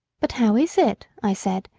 but how is it, i said,